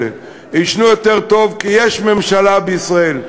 יישנו יותר טוב כי יש ממשלה בישראל,